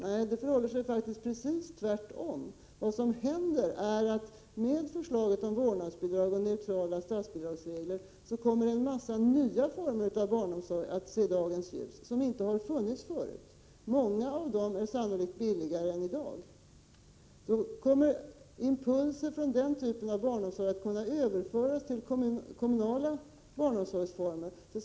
Nej, det förhåller sig precis tvärtom. Med förslaget om vårdnadsbidraget och neutrala statsbidragsregler kommer en mängd nya former av barnomsorg som inte har funnits förut att se dagens ljus. Flera av dessa omsorgsformer är sannolikt billigare än i dag. Impulser från den typen av barnomsorg kommer att överföras från kommunala barnomsorgsformer.